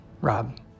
Rob